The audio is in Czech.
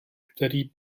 který